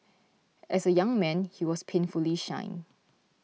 as a young man he was painfully shy